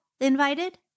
invited